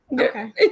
Okay